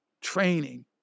training